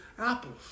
apples